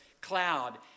cloud